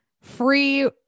free